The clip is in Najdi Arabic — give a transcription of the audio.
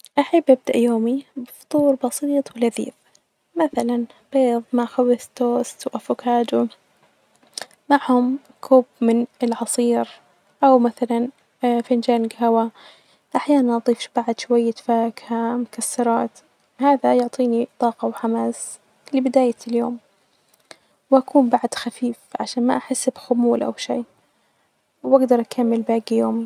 أحب أبدأ يومي بفطور بسيط ولذيذ مثلا، بيض مع خبز توست وأفوكادو معهم كوب من العصير، أو مثلا فنجان جهوة أحيانا نظيف بعد شوية فاكهة مكسرات هذا يعطيني طاقة وحماس لبداية اليوم وأكون بعد خفيف عشان ما أحس بحمول أو شئ وأجدر أكمل باجي يومي.